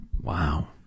Wow